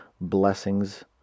blessings